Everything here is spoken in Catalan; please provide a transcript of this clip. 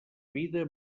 vida